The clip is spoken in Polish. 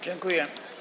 Dziękuję.